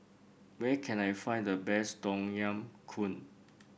where can I find the best Tom Yam Goong